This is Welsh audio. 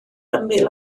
ymyl